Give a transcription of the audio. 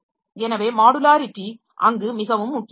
எனவே மாடுலாரிட்டி அங்கு மிகவும் முக்கியமானது